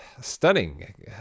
stunning